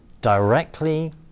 directly